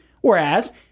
Whereas